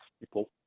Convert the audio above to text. People